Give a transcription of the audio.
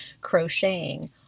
crocheting